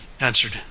answered